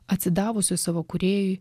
atsidavusios savo kūrėjui